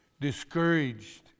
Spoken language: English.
discouraged